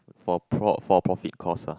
for pro~ for profit cost lah